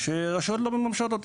שהרשויות לא מממשות,